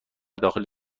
داخلی